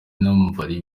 n’abambari